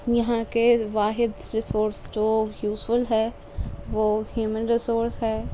یہاں کے واحد ریسورس جو یوزول ہے وہ ہیومن ریسورس ہے